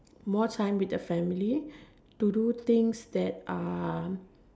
more time with the family to do things that uh